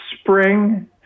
spring